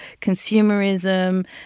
consumerism